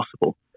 possible